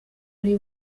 ari